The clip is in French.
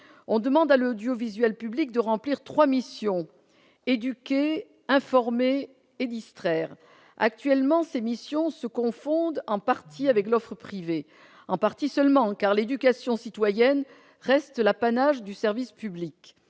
On demande à l'audiovisuel public de remplir trois missions : éduquer, informer et distraire. Actuellement, ces missions se confondent en partie avec l'offre privée ; en partie seulement, car l'éducation citoyenne reste l'apanage du service public.